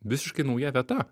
visiškai nauja vieta